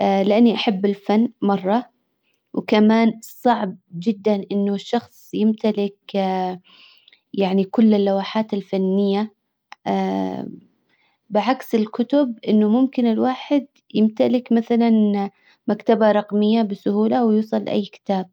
لاني احب الفن مرة وكمان صعب جدا انه الشخص يمتلك يعني كل اللوحات الفنية بعكس الكتب انه ممكن الواحد يمتلك مثلا مكتبة رقمية بسهولة او يوصل لاي كتاب.